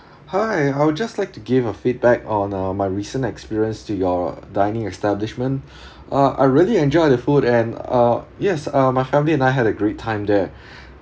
hi I would just like to give a feedback on uh my recent experience to your dining establishment uh I really enjoy the food and uh yes uh my family and I had a great time there